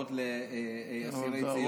קצבאות לאסירי ציון,